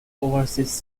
overseas